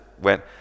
went